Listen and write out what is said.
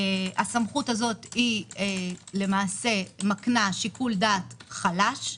הסמכות הזו היא למעשה מקנה שיקול דעת חלש,